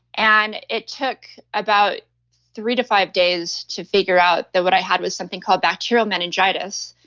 and it took about three to five days to figure out that what i had was something called bacterial meningitis,